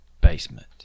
basement